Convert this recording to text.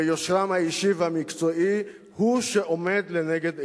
ויושרם האישי והמקצועי, הם שעומדים לנגד עיניהם.